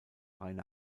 reine